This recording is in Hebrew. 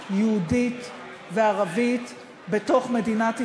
יהודית וערבית בתוך מדינת ישראל,